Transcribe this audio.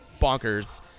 bonkers